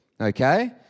okay